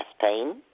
pain